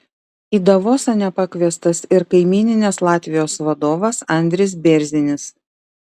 į davosą nepakviestas ir kaimyninės latvijos vadovas andris bėrzinis